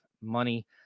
money